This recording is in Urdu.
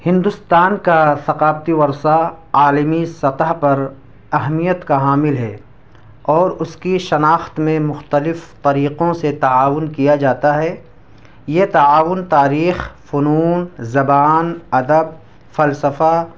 ہندوستان کا ثقافتی ورثہ عالمی سطح پر اہمیت کا حامل ہے اور اس کی شناخت میں مختلف طریقوں سے تعاون کیا جاتا ہے یہ تعاون تاریخ فنون زبان ادب فلسفہ